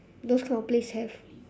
those kind of place have